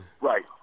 right